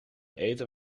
eten